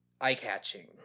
eye-catching